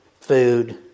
food